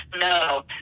no